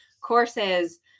courses